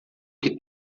que